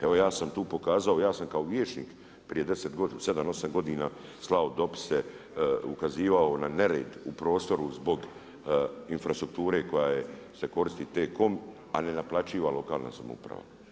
Evo ja sam tu pokazao, ja sam kao vijećnik prije 7, 8 godina, slao dopise, ukazivao na nered u prostoru zbog infrastrukture koja se koristi T-COM a nenaplaćiva lokalna samouprava.